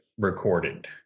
Recorded